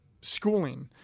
schooling